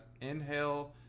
Inhale